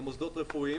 למוסדות רפואיים.